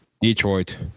Detroit